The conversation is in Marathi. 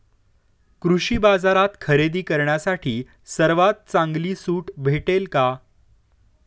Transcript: कृषी बाजारात खरेदी करण्यासाठी सर्वात चांगली सूट भेटेल का?